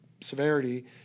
severity